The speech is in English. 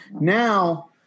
Now